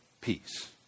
peace